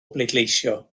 bleidleisio